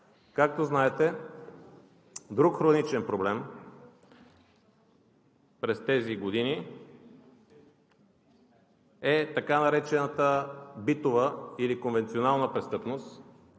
Както знаете, друг хроничен проблем през тези години е така наречената битова или конвенционална престъпност,